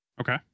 okay